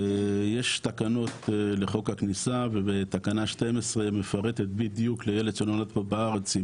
יש תקנות לחוק הכניסה ובתקנה 12 מפרטת בדיוק לילד שנולד פה בארץ,